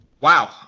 Wow